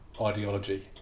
ideology